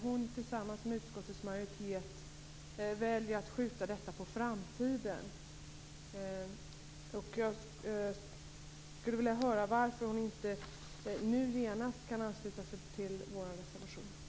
Hon, tillsammans med utskottets majoritet, väljer i stället att skjuta detta på framtiden. Jag skulle vilja höra varför hon inte nu genast kan ansluta sig till vår reservation.